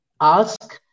ask